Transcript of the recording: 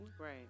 Right